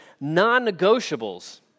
non-negotiables